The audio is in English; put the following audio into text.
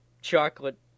chocolate